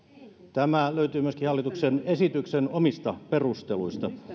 tämä löytyy myöskin hallituksen esityksen omista perusteluista